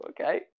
okay